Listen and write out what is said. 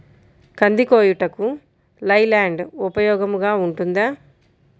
కంది కోయుటకు లై ల్యాండ్ ఉపయోగముగా ఉంటుందా?